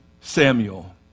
Samuel